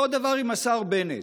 אותו הדבר עם השר בנט.